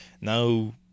Now